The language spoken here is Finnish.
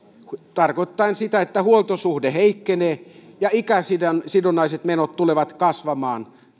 tarkoittaen sitä että huoltosuhde heikkenee ja ikäsidonnaiset menot tulevat kasvamaan